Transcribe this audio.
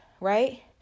right